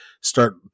start